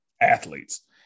athletes